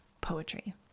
poetry